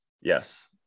yes